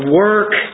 work